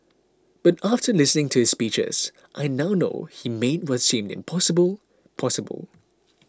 but after listening to his speeches I now know he made what seemed impossible possible